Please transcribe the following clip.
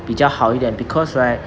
比较好一点 because right